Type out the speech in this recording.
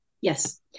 Yes